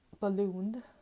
ballooned